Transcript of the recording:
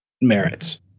merits